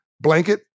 blanket